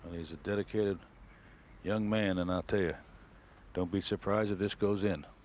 is a dedicated young man and out there. don't be surprised if this goes in.